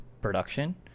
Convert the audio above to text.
production